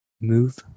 move